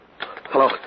Hello